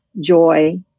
joy